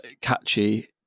catchy